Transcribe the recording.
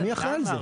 מי אחראי על זה.